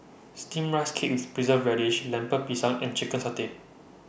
Steamed Rice Cake with Preserved Radish Lemper Pisang and Chicken Satay